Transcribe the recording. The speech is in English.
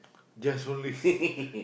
just only